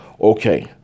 okay